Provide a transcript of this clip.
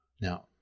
Now